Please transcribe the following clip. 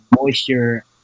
moisture